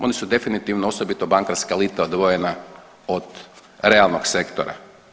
Oni su definitivno osobito bankarska elita odvojena od realnog sektora.